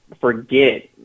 forget